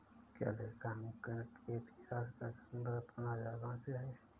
क्या लेखांकन के इतिहास का संबंध पुनर्जागरण से है?